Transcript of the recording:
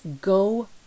go